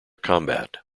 combat